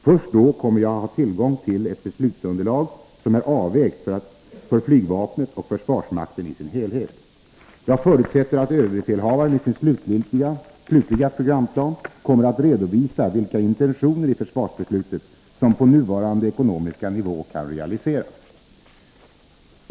Först då kommer jag att ha tillgång till ett beslutsunderlag som är avvägt för flygvapnet och försvarsmakten i dess helhet. Jag förutsätter att överbefälhavaren i sin slutliga programplan kommer att redovisa vilka intentioner i försvarsbeslutet som på nuvarande ekonomiska nivå kan realiseras.